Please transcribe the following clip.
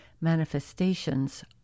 manifestations